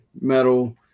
metal